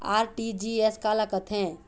RTGS काला कथें?